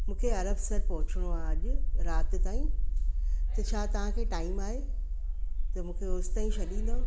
मूंखे अरबसर पहुचणो आहे अॼु राति ताईं त छा तव्हांखे टाइम आहे त मूंखे होसिताईं छॾींदव